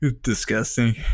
Disgusting